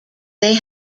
they